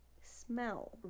smell